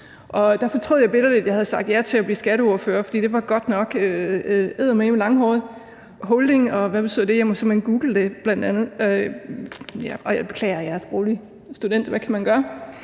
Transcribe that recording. Der fortrød jeg bittert, at jeg havde sagt ja til at blive skatteordfører, for det var eddermame langhåret. Holding – hvad betyder det? Jeg måtte simpelt hen google det bl.a. Jeg beklager; jeg er sproglig student – hvad kan man gøre?